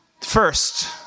First